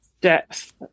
depth